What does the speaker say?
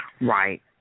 Right